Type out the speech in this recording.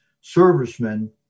servicemen